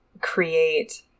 create